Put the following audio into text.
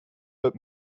but